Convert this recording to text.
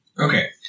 Okay